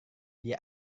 dia